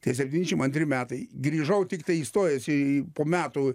tie septyniasdešim antri metai grįžau tiktai įstojęs po metų